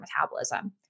metabolism